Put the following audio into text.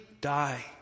die